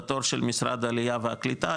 בתור של משרד העלייה והקליטה,